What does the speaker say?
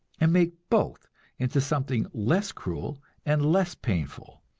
and make both into something less cruel and less painful,